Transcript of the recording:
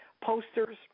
posters